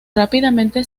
rápidamente